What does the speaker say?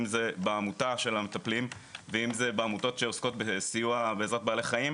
אם זה בעמותה של המטפלים ואם זה בעמותות שעוסקות בסיוע בעזרת בעלי חיים,